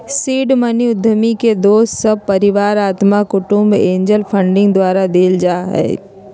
seed money उद्यमी के दोस सभ, परिवार, अत्मा कुटूम्ब, एंजल फंडिंग द्वारा देल जाइ छइ